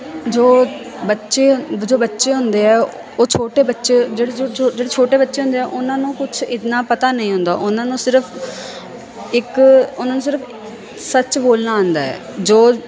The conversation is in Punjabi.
ਜੋ ਬੱਚੇ ਜੋ ਬੱਚੇ ਹੁੰਦੇ ਆ ਉਹ ਛੋਟੇ ਬੱਚੇ ਜਿਹੜੇ ਜਿਹੜੇ ਛੋਟੇ ਬੱਚੇ ਹੁੰਦੇ ਆ ਉਹਨਾਂ ਨੂੰ ਕੁਛ ਇੰਨਾਂ ਪਤਾ ਨਹੀਂ ਹੁੰਦਾ ਉਹਨਾਂ ਨੂੰ ਸਿਰਫ ਇੱਕ ਉਹਨਾਂ ਨੂੰ ਸਿਰਫ ਸੱਚ ਬੋਲਣਾ ਆਉਂਦਾ ਜੋ